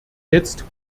jetzt